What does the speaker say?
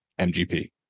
MGP